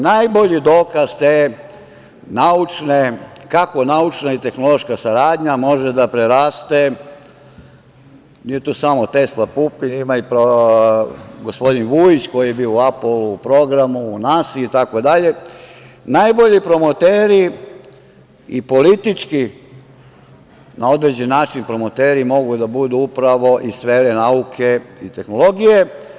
Najbolji dokaz kako naučna i tehnološka saradnja može da preraste, nisu to samo Tesla i Pupin, imamo i gospodin Vujić koji je bio u Apolo programu, u NASI itd, najbolji promoteri i politički na određen način promoteri mogu da budu upravo iz sfere nauke i tehnologije.